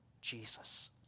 Jesus